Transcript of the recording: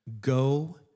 go